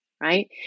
Right